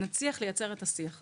נצליח לייצר את השיח הזה.